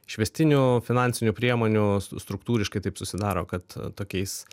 išvestinių finansinių priemonių stru struktūriškai taip susidaro kad tokiais